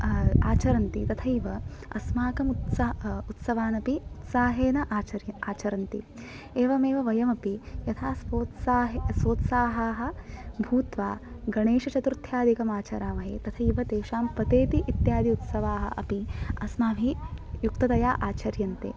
आचरन्ति तथैव अस्माकम् उत्सवान् अपि उत्साहेन आचरन्ति एवमेव वयमपि यथा सोत्साहा सोत्साहाः भूत्वा गणेशचतुर्थ्यादिकम् आचरामहे तथैव तेषां पतेति उत्सवाः अपि अस्माभिः युक्ततया आचर्यन्ते